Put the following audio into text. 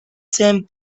same